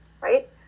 Right